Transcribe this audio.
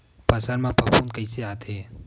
फसल मा फफूंद कइसे आथे?